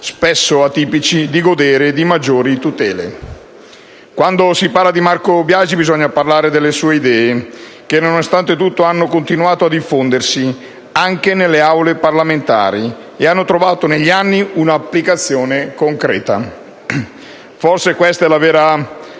spesso atipici, di godere di maggiori tutele. Quando si parla di Marco Biagi bisogna parlare delle sue idee, che nonostante tutto hanno continuato a diffondersi, anche nelle Aule parlamentari, ed hanno trovato negli anni un'applicazione concreta. Forse questa è la vera